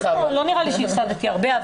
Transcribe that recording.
לי שהפסדתי הרבה.